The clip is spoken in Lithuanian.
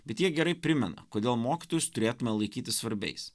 bet jie gerai primena kodėl mokytojus turėtume laikyti svarbiais